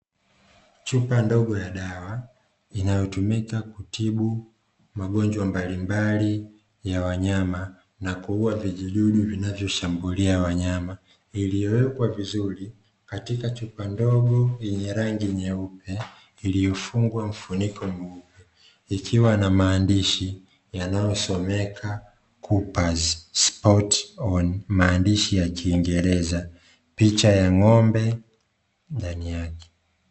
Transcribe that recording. Chupa ndogo ya dawa inayotumika Kutibu Magonjwa mbalimbali ya wanyama na kuua vijidudu vinavyoshambulia wanyama iliyowekwa vizuri katika chupa ndogo yenye rangi nyeupe iliyofungwa mfuniko Ikiwa na maandishi Yanayosomeka kupazi sipoti oni" maandishi ya Kiingereza, picha ya ngombe ndani yake